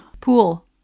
pool